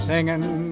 Singing